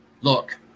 Look